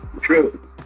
True